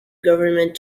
government